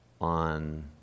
on